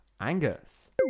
Angus